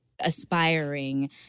aspiring